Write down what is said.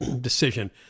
decision